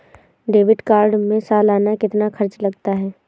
Debit card में सालाना कितना खर्च लगता है?